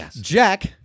Jack